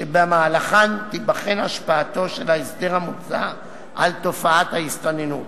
שבמהלכן תיבחן השפעתו של ההסדר המוצע על תופעת ההסתננות.